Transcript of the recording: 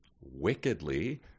wickedly